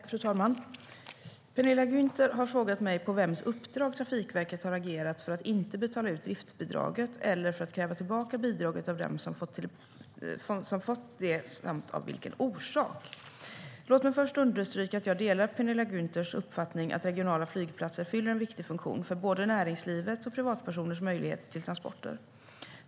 Fru talman! Penilla Gunther har frågat mig på vems uppdrag Trafikverket har agerat för att inte betala ut driftsbidraget eller för att kräva tillbaka bidraget av dem som fått det samt av vilken orsak. Låt mig först understryka att jag delar Penilla Gunthers uppfattning att regionala flygplatser fyller en viktig funktion för både näringslivets och privatpersoners möjligheter till transporter.